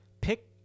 pick